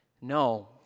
No